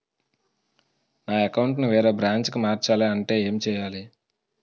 నా అకౌంట్ ను వేరే బ్రాంచ్ కి మార్చాలి అంటే ఎం చేయాలి?